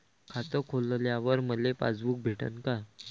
खातं खोलल्यावर मले पासबुक भेटन का?